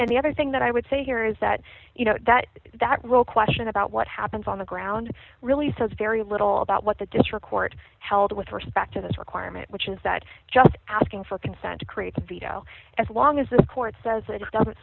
and the other thing that i would say here is that you know that that real question about what happens on the ground really says very little about what the district court held with respect to this requirement which is that just asking for consent to create a veto as long as this court says that it doesn't